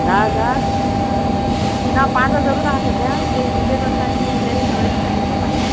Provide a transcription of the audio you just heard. धा हजार ना पांच हजारूच आहा सद्द्या तें जी पे करता आनी उरलेले सगळे दिता तुमकां फाल्यां